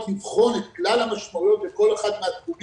לבחון את כלל המשמעויות של כל אחד מהתחומים,